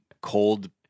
cold